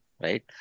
right